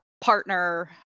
partner